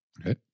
Okay